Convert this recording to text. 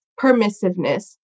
permissiveness